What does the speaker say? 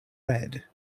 red